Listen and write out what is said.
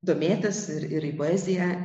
domėtis ir ir į poeziją